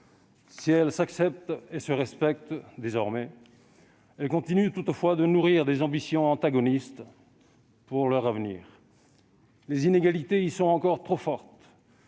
Si elles s'acceptent et se respectent désormais, elles continuent toutefois de nourrir des ambitions antagonistes pour leur avenir. Les inégalités y sont encore trop fortes,